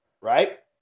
right